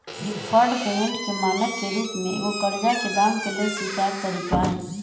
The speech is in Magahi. डिफर्ड पेमेंट के मानक के रूप में एगो करजा के दाम के लेल स्वीकार तरिका हइ